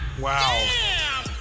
Wow